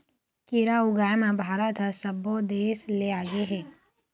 केरा ऊगाए म भारत ह सब्बो देस ले आगे हे